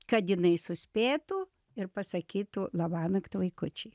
kad jinai suspėtų ir pasakytų labanakt vaikučiai